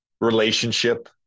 relationship